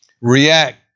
react